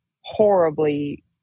horribly